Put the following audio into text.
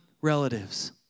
relatives